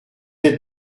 êtes